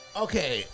okay